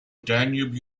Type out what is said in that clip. danube